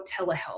telehealth